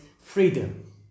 Freedom